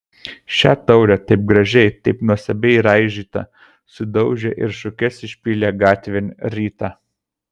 šią taurę taip gražiai taip nuostabiai raižytą sudaužė ir šukes išpylė gatvėn rytą